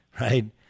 right